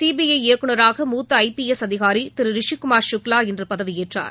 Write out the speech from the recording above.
CBI இயக்குநராக மூத்த I P S அதிகாரி திரு ரிஷிகுமார் சுக்லா இன்று பதவியேற்றார்